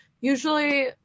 usually